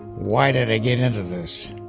why did i get into this?